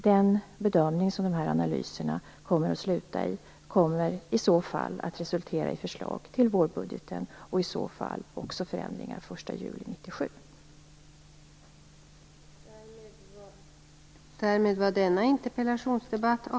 Den bedömning som de här analyserna leder fram till kommer i så fall att resultera i förslag till vårbudgeten och i så fall också förändringar den 1 juli 1997.